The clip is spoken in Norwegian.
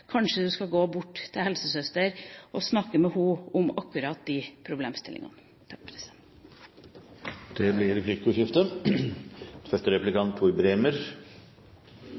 kanskje du skal gå bort til helsesøster og snakke med henne om akkurat de problemstillingene. Det blir replikkordskifte.